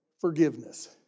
Forgiveness